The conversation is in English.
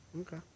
Okay